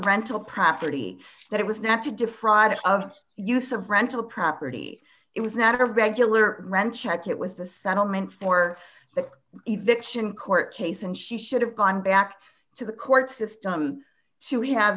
rental property that it was not to defraud it of use of rental property it was not a regular rent check it was the settlement for but if the action court case and she should have gone back to the court system to have